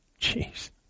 Jeez